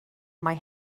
mae